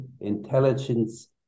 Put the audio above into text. intelligence